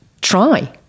try